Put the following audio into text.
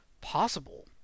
possible